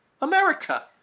America